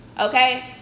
okay